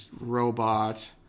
Robot